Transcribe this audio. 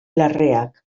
larreak